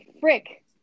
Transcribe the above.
frick